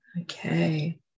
Okay